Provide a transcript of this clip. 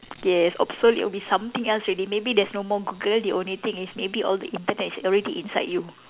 yes obsolete will be something else already maybe there's no more Google the only thing is maybe all the Internet is already inside you